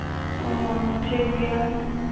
ᱚᱻ ᱴᱷᱤᱠ ᱜᱮᱭᱟ